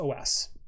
OS